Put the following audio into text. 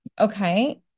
okay